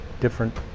different